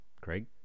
Craig